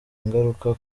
ingaruka